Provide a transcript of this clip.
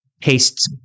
tastes